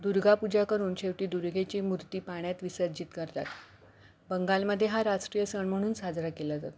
दुर्गापूजा करून शेवटी दुर्गेची मूर्ती पाण्यात विसर्जित करतात बंगालमध्ये हा राष्ट्रीय सण म्हणून साजरा केला जातो